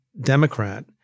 Democrat